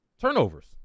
Turnovers